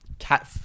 Cat